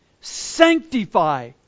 sanctify